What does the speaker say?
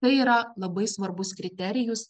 tai yra labai svarbus kriterijus